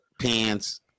pants